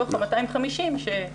מתוך ה-250 שנדרשו.